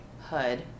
hood